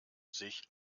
sich